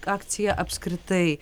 akcija apskritai